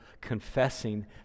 confessing